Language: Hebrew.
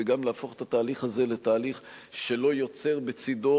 וגם להפוך את התהליך הזה לתהליך שלא יוצר בצדו